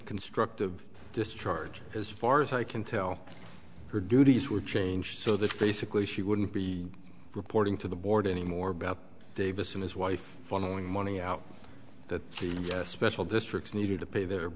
constructive discharge as far as i can tell her duties were changed so that basically she wouldn't be reporting to the board any more about davis and his wife funneling money out that the special districts needed to pay the